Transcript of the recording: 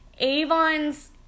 Avon's